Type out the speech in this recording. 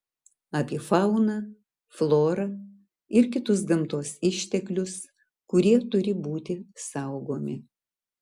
apie fauną florą ir kitus gamtos išteklius kurie turi būti saugomi